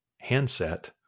handset